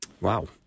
Wow